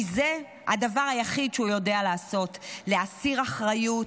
כי זה הדבר היחיד שהוא יודע לעשות: להסיר אחריות,